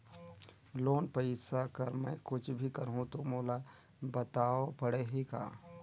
Loan पइसा कर मै कुछ भी करहु तो मोला बताव पड़ही का?